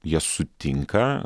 jas sutinka